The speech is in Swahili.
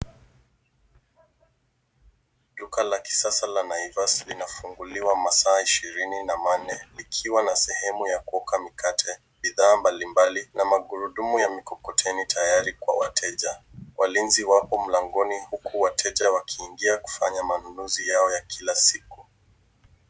Duka la kisasa la Naivas linafunguliwa masaa ishirini na manne, likiwa na sehemu ya kuoka mikate, bidhaa mbali mbali, na magurudumu ya mikokoteni tayari kwa wateja. Walinzi wapo mlangoni huku wateja wakiingia kufanya manunuzi yao ya kila siku.